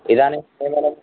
इदानीं केवलं